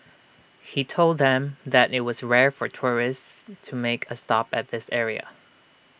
he told them that IT was rare for tourists to make A stop at this area